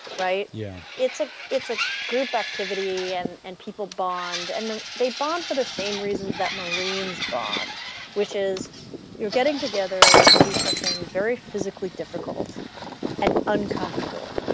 right yeah it's ah it's a group activity and and people bond and they bond for the same reasons that marines bond which is you're getting together to do something very physically difficult and uncomfortable.